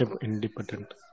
independent